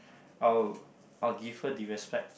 I'll I'll give her the respect